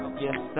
yes